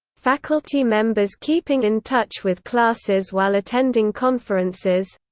faculty members keeping in touch with classes while attending conferences